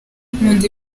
nkunda